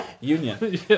union